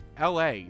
LA